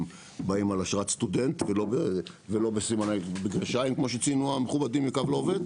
הם באים על אשרת סטודנט ולא כמו שציינו המכובדים מקו לעובד.